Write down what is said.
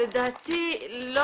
לדעתי לא.